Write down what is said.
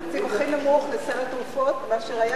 לסל התרופות שהיה בשש השנים האחרונות,